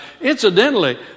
Incidentally